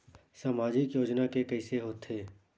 सामाजिक योजना के कइसे होथे?